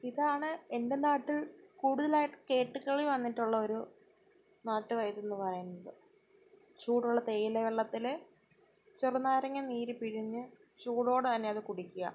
ഇതാണ് എന്റെ നാട്ടിൽ കൂടുതലായിട്ട് കേട്ട് കേൾവി വന്നിട്ടുള്ള ഒരു നാട്ടു വൈദ്യം എന്ന് പറയുന്നത് ചൂടുള്ള തേയില വെള്ളത്തിൽ ചെറുനാരങ്ങ നീര് പിഴിഞ്ഞ് ചൂടോടെ തന്നെ അത് കുടിക്കുക